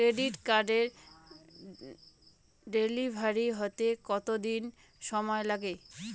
Credit কার্ডের delivery হতে কতদিন সময় লাগে?